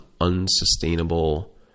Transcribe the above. unsustainable